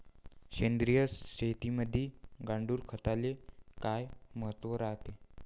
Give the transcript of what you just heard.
सेंद्रिय शेतीमंदी गांडूळखताले काय महत्त्व रायते?